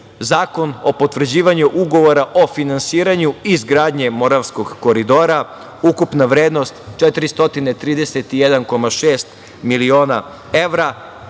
Zakon o potvrđivanju ugovora o finansiranju izgradnje Moravskog koridora, ukupna vrednost 431,6 miliona evra.